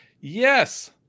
Yes